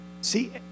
See